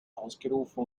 ausgerufen